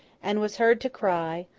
and was heard to cry,